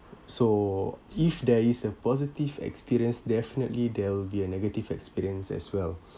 so if there is a positive experience definitely there will be a negative experience as well